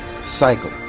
cycle